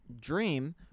dream